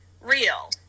real